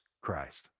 Christ